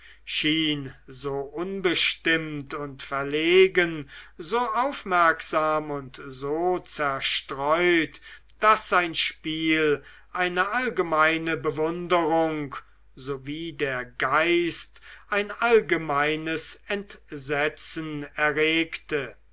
schien so unbestimmt und verlegen so aufmerksam und so zerstreut daß sein spiel eine allgemeine bewunderung so wie der geist ein allgemeines entsetzen erregte